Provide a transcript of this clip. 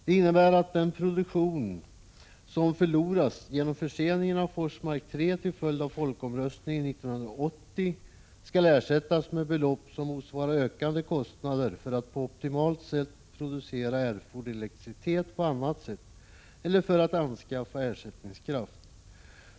Det innebär att den produktion som förloras genom förseningen av Forsmark 3 till följd av folkomröstningen 1980 skall ersättas med belopp som motsvarar ökade kostnader för optimal produktion av erforderlig elektricitet på annat sätt eller för att anskaffa ersättningskraft.